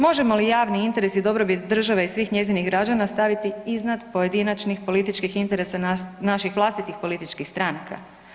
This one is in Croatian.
Možemo li javni interes i dobrobit države i svih njezinih građana staviti iznad pojedinačnih političkih interesa naših vlastitih političkih stranaka?